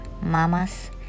mamas